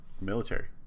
military